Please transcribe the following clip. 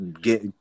get